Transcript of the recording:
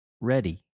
ready